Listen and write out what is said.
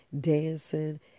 dancing